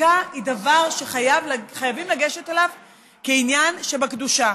חקיקה היא דבר שחייבים לגשת אליו כעניין שבקדושה.